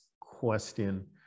question